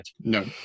No